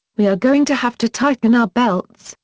we are going to have to tighten our belts,